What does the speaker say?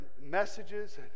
messages